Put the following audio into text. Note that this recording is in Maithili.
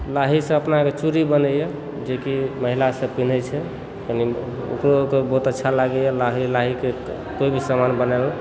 लाहीसँ अपना आर चूड़ी बनैए जे कि महिला सब पहिरै छथि कने ओकरो आरके बहुत अच्छा लागैए लाहीके कोइ भी सामान बनाबै